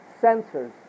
sensors